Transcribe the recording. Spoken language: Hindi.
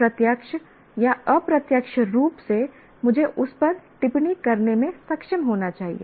प्रत्यक्ष या अप्रत्यक्ष रूप से मुझे उस पर टिप्पणी करने में सक्षम होना चाहिए